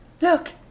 look